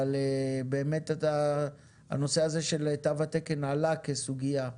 אבל באמת, הנושא הזה של תו התקן עלה כסוגיה,